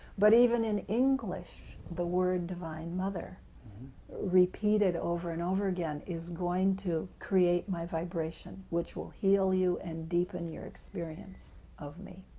but even in english, the word divine mother' repeated over and over again is going to create to my vibration, which will heal you and deepen your experience of me.